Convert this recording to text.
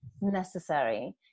necessary